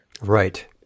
Right